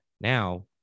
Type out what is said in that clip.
Now